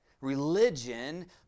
Religion